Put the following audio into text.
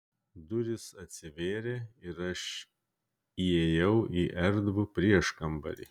durys atsivėrė ir aš įėjau į erdvų prieškambarį